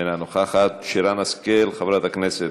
אינה נוכחת, שרן השכל, חברת הכנסת,